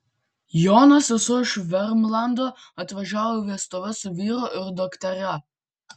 jono sesuo iš vermlando atvažiavo į vestuves su vyru ir dukteria